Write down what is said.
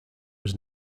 was